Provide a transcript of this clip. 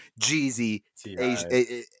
Jeezy